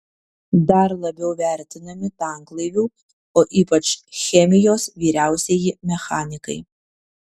dar labiau vertinami tanklaivių o ypač chemijos vyriausieji mechanikai